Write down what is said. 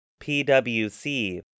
PwC